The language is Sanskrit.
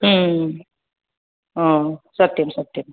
सत्यं सत्यं